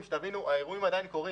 תבינו, האירועים עדיין קורים.